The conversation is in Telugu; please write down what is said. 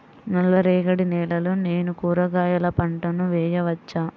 నల్ల రేగడి నేలలో నేను కూరగాయల పంటను వేయచ్చా?